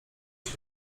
się